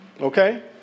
okay